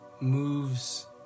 moves